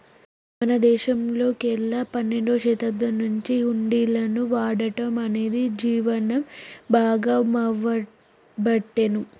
మన దేశంలోకెల్లి పన్నెండవ శతాబ్దం నుంచే హుండీలను వాడటం అనేది జీవనం భాగామవ్వబట్టే